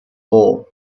law